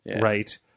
right